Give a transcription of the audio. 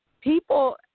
People